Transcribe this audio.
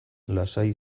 lasai